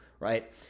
right